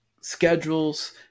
schedules